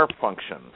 function